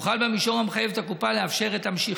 הוא חל במישור המחייב את הקופה לאפשר את המשיכה.